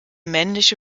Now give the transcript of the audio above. männliche